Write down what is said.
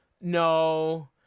No